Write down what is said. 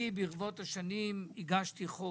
ברבות השנים, אני הגשתי חוק